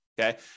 okay